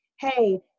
hey